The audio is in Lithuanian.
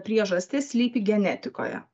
priežastis slypi genetikoje